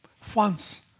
funds